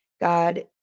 God